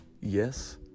YES